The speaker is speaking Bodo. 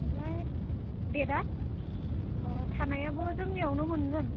ओमफ्राय डेटआ अ थानायाबो जोंनियावनो मोनगोन